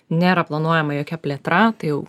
nėra planuojama jokia plėtra tai jau